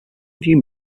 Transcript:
view